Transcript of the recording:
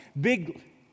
Big